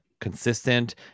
consistent